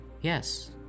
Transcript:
Yes